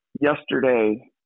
yesterday